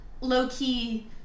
low-key